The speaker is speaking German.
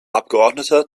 abgeordneter